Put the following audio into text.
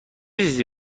چیزی